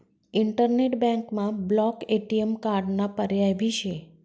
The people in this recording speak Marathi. इंटरनेट बँकमा ब्लॉक ए.टी.एम कार्डाना पर्याय भी शे